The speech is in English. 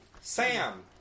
Sam